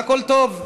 הכול טוב.